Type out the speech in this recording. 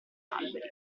alberi